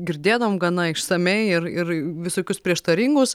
girdėdavom gana išsamiai ir ir visokius prieštaringus